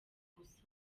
gusa